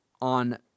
on